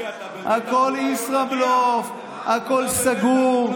אדוני, אתה --- הכול ישראבלוף, הכול סגור.